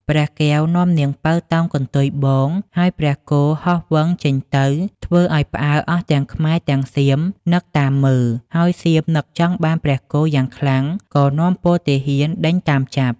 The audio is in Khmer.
ព្រះកែវនាំនាងពៅតោងកន្ទុយបង ហើយព្រះគោហោះវឹងចេញទៅធ្វើឲ្យផ្អើលអស់ទាំងខ្មែរទាំងសៀមនឹកតាមមើល ហើយសៀមនឹកចង់បានព្រះគោយ៉ាងខ្លាំង ក៏នាំពលទាហានដេញតាមចាប់។